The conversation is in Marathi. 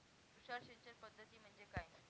तुषार सिंचन पद्धती म्हणजे काय?